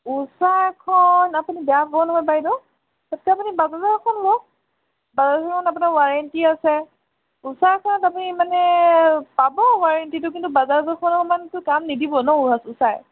উষা এখন আপুনি বেয়া পাব নহয় বাইদেউ তাতকৈ আপুনি বাজাজৰ এখন লওক বাজাজৰখন আপোনাৰ ৱাৰেণ্টি আছে উষা এখনত আপুনি মানে পাব ৱাৰেণ্টিটো কিন্তু বাজাৰখনৰ সমানতো কাম নিদিব ন উষাই